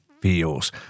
Feels